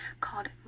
called